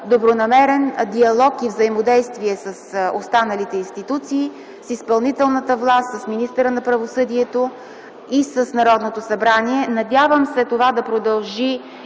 добронамерен диалог и взаимодействие с останалите институции – с изпълнителната власт, с министъра на правосъдието и с Народното събрание. Надявам се това да продължи